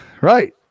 Right